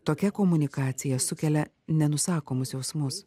tokia komunikacija sukelia nenusakomus jausmus